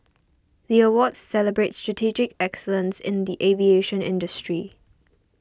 the awards celebrate strategic excellence in the aviation industry